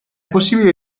possibile